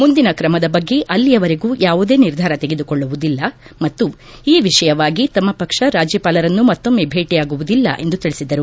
ಮುಂದಿನ ಕ್ರಮದ ಬಗ್ಗೆ ಅಲ್ಲಿಯವರೆಗೂ ಯಾವುದೇ ನಿರ್ಧಾರ ತೆಗೆದುಕೊಳ್ಳುವುದಿಲ್ಲ ಮತ್ತು ಈ ವಿಷಯವಾಗಿ ತಮ್ಮ ಪಕ್ಷ ರಾಜ್ಯಪಾಲರನ್ನು ಮತ್ತೊಮ್ನೆ ಭೇಟಿಯಾಗುವುದಿಲ್ಲ ಎಂದು ತಿಳಿಸಿದರು